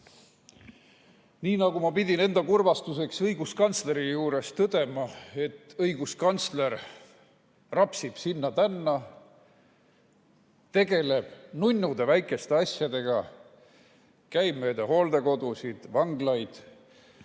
ei ole. Ma pidin enda kurvastuseks õiguskantsleri juures tõdema, et õiguskantsler rapsib sinna-tänna, tegeleb nunnude väikeste asjadega, käib mööda hooldekodusid, vanglaid,